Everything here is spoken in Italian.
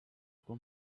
con